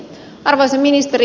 arvoisa ministeri